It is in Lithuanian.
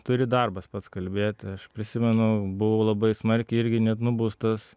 turi darbas pats kalbėt aš prisimenu buvau labai smarkiai irgi net nubaustas